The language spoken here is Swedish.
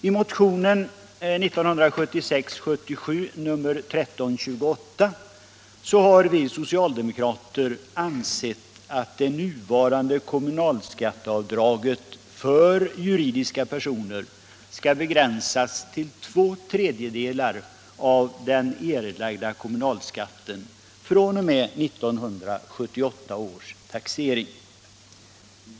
I motionen 1976/77:1328 har vi socialdemokrater ansett att nuvarande kommunalskatteavdrag för juridiska personer skall begränsas till två tredjedelar av den erlagda kommunalskatten fr.o.m. 1978 års taxering.